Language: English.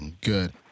good